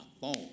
phone